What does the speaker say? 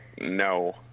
no